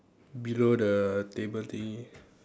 below the table thingy